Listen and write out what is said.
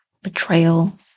betrayal